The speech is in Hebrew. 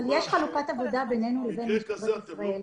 יש חלוקת עבודה בינינו לבין משטרת ישראל.